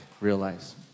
realize